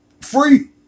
free